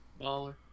Baller